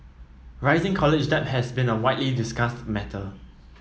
rising college debt has been a widely discussed matter